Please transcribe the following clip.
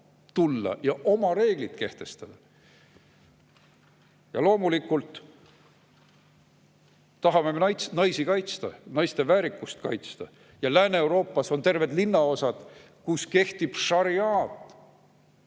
ja oma reeglid kehtestada. Ja loomulikult tahame me naisi kaitsta, naiste väärikust kaitsta. Lääne-Euroopas on terved linnaosad, kus kehtib šariaad.